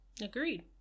Agreed